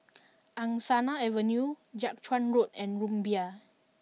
Angsana Avenue Jiak Chuan Road and Rumbia